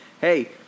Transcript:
Hey